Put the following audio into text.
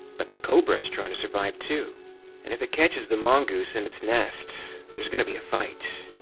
but the cobra is trying to survive, too. and if it catches the mongooze in its nest, there's going to be a fight.